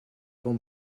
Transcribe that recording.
com